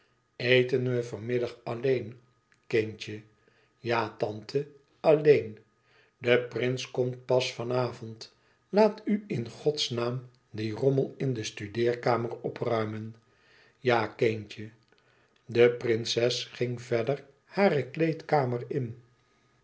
eten we vanmiddag alleen kindje ja tante alleen de prins komt pas van avond laat u in godsnaam dien rommel in de studeerkamer opruimen ja kindje de prinses ging verder hare kleedkamer in